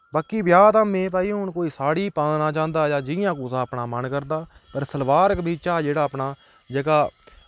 बाकी ब्याह् धामें भाई हून कोई साड़ी पाना चांह्दा जां जियां कुसै अपना मन करदा पर सलवार कमीजा दा जेह्ड़ा अपना